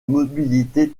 mobilité